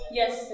yes